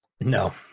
No